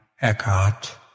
Eckhart